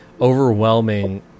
overwhelming